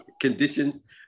conditions